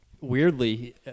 weirdly